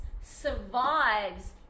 survives